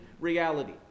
reality